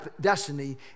destiny